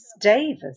Davis